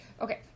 Okay